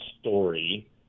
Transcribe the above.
story